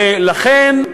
לכן,